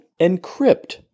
Encrypt